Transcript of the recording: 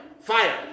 fire